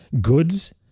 goods